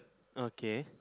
okay